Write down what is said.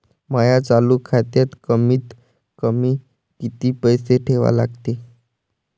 माया चालू खात्यात कमीत कमी किती पैसे ठेवा लागते?